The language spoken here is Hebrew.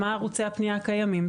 מה ערוצי הפנייה הקיימים.